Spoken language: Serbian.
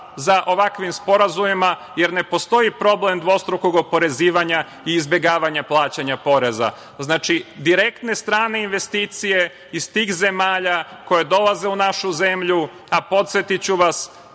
za ovakvim sporazumima, jer ne postoji problem dvostrukog oporezivanja i izbegavanja plaćanja poreza. Znači, direktne strane investicije iz tih zemalja koje dolaze u našu zemlju, a podsetiću vas,